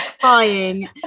crying